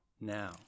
now